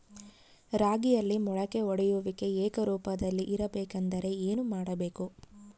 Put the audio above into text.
ರಾಗಿಯಲ್ಲಿ ಮೊಳಕೆ ಒಡೆಯುವಿಕೆ ಏಕರೂಪದಲ್ಲಿ ಇರಬೇಕೆಂದರೆ ಏನು ಮಾಡಬೇಕು?